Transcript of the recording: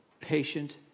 patient